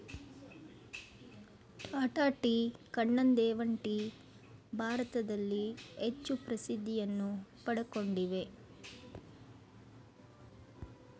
Tata tea, Kannan Devan tea ಭಾರತದಲ್ಲಿ ಹೆಚ್ಚು ಪ್ರಸಿದ್ಧಿಯನ್ನು ಪಡಕೊಂಡಿವೆ